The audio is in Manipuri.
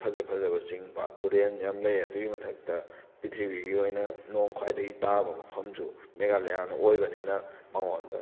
ꯐꯖ ꯐꯖꯕ ꯆꯤꯡ ꯄꯥꯠ ꯇꯨꯔꯦꯟ ꯌꯥꯝꯅ ꯂꯩ ꯑꯗꯨꯒꯤ ꯃꯊꯛꯇ ꯄꯤꯛꯊ꯭ꯔꯤꯕꯤꯒꯤ ꯑꯣꯏꯅ ꯅꯣꯡ ꯈ꯭ꯋꯥꯏꯗꯒꯤ ꯇꯥꯕ ꯃꯐꯝꯁꯨ ꯃꯦꯒꯥꯂꯌꯥꯅ ꯑꯣꯏꯕꯅꯤꯅ ꯃꯉꯣꯟꯗ